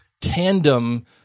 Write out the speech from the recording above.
tandem